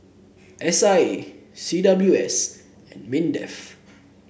S I A C W S and Mindef